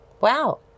Wow